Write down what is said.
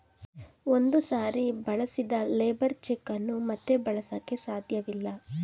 ಒಂದು ಸಾರಿ ಬಳಸಿದ ಲೇಬರ್ ಚೆಕ್ ಅನ್ನು ಮತ್ತೆ ಬಳಸಕೆ ಸಾಧ್ಯವಿಲ್ಲ